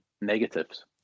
negatives